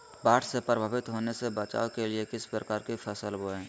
बाढ़ से प्रभावित होने से बचाव के लिए किस प्रकार की फसल बोए?